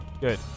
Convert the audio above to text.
Good